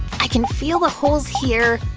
i can feel the holes here,